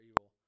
evil